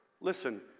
listen